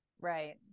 Right